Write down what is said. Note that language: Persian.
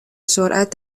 سرعت